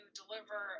deliver